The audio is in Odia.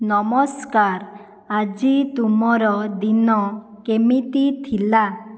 ନମସ୍କାର ଆଜି ତୁମର ଦିନ କେମିତି ଥିଲା